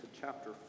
chapter